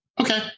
okay